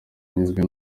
anyuzwe